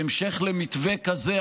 בהמשך למתווה כזה,